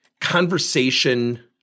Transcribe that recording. conversation